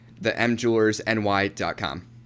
TheMJewelersNY.com